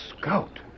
Scout